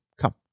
come